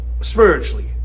Spiritually